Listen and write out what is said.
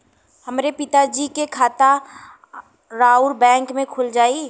हमरे पिता जी के खाता राउर बैंक में खुल जाई?